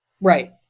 Right